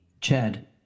Chad